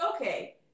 okay